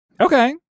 okay